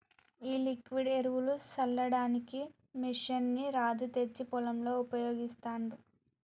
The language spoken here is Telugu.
ఈ లిక్విడ్ ఎరువులు సల్లడానికి మెషిన్ ని రాజు తెచ్చి పొలంలో ఉపయోగిస్తాండు